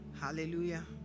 hallelujah